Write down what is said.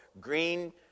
Green